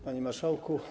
Panie Marszałku!